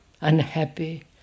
unhappy